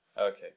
Okay